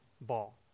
ball